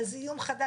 אבל זה איום חדש,